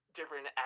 different